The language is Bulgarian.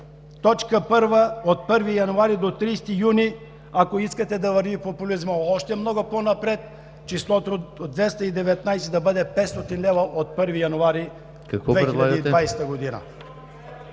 т. 1 от 1 януари до 30 юни, ако искате да върви популизмът още по-напред, числото 219 да бъде 500 лв. от 1 януари 2020 г.